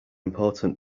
important